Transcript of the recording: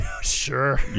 Sure